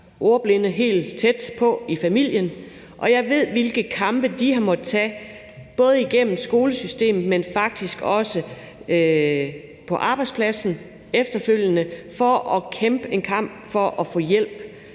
ordblinde helt tæt på i familien, og jeg ved, hvilke kampe de har måttet tage, både igennem skolesystemet, men faktisk også på arbejdspladsen efterfølgende, for at få hjælp. Det kan være i forhold